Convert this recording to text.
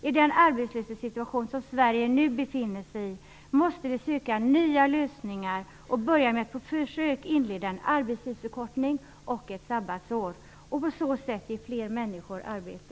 I den arbetslöshetssituation som Sverige nu befinner sig i måste vi söka nya lösningar. Vi kan börja med att på försök inleda en arbetstidsförkortning och införa ett sabbatsår och på så sätt ge fler människor arbete.